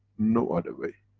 no other way.